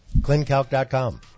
ClinCalc.com